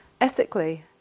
ethically